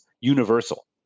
universal